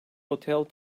hotel